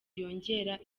yongera